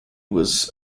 was